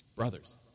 Brothers